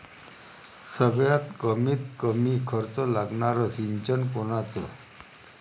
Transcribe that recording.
सगळ्यात कमीत कमी खर्च लागनारं सिंचन कोनचं?